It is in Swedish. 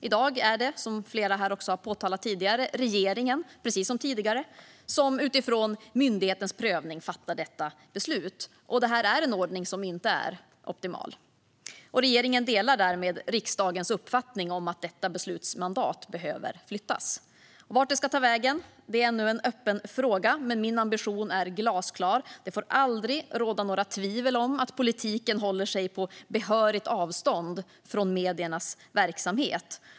I dag är det, som flera här har påpekat, regeringen som precis som tidigare utifrån myndighetens prövning fattar detta beslut. Det är en ordning som inte är optimal. Regeringen delar därmed riksdagens uppfattning att detta beslutsmandat behöver flyttas. Vart det ska ta vägen är ännu en öppen fråga. Min ambition är glasklar. Det får aldrig råda några tvivel om att politiken håller sig på behörigt avstånd från mediernas verksamhet.